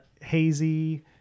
hazy